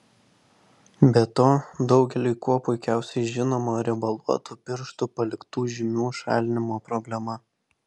be to daugeliui kuo puikiausiai žinoma riebaluotų pirštų paliktų žymių šalinimo problema